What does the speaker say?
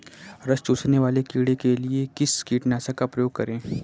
रस चूसने वाले कीड़े के लिए किस कीटनाशक का प्रयोग करें?